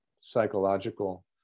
psychological